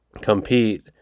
compete